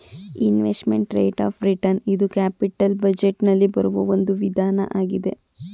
investment rate of return ಇದು capital budget ನಲ್ಲಿ ಬರುವ ಒಂದು ವಿಧಾನ ಆಗಿದೆ